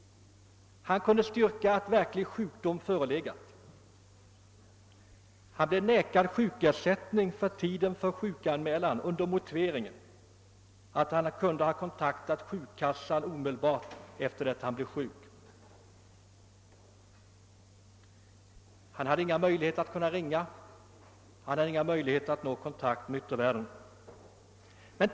Han kunde styrka att verklig sjukdom =<förelegat men blev ändå vägrad sjukersättning för tiden före sjukanmälan med motiveringen att han kunde ha kontaktat sjukkassan omedelbart efter det att han blev sjuk. Han hade ingen möjlighet att ringa och inte heller någon annan möjlighet att komma i kontakt med yttervärlden.